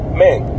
man